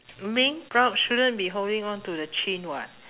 being proud shouldn't be holding on to the chin [what]